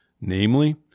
namely